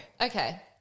Okay